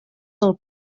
del